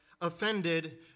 offended